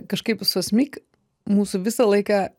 kažkaip su asmik mūsų visą laiką